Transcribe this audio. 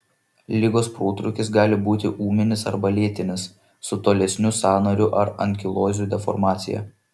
ligos protrūkis gali būti ūminis arba lėtinis su tolesniu sąnarių ar ankilozių deformacija